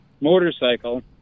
motorcycle